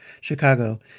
Chicago